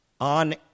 on